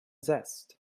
zest